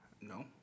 No